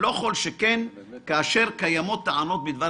לא כל שכן כאשר קיימות טענות בדבר